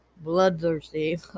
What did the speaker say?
Bloodthirsty